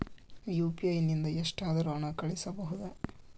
UPI ನಿಂದ ಎಷ್ಟಾದರೂ ಹಣ ಕಳಿಸಬಹುದಾ?